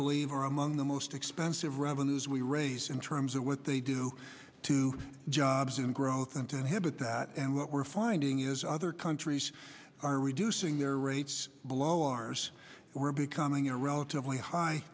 believe are among the most expensive revenues we raise in terms of what they do to jobs and growth and to inhibit that and what we're finding is other countries are reducing their rates below ours we're becoming a relatively high